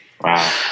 Wow